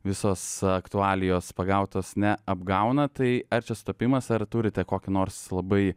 visos aktualijos pagautos neapgauna tai ar čia sutapimas ar turite kokį nors labai